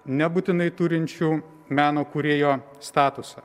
nebūtinai turinčių meno kūrėjo statusą